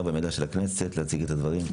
והמידע של הכנסת להציג את הדברים.